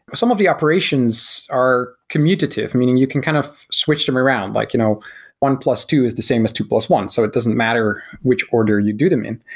but some of the operations are commutative, meaning you can kind of switch them around, like you know one plus two is the same as two plus one. so it doesn't matter which order you do them in.